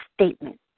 statement